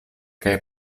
kaj